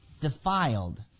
Defiled